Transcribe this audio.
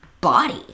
body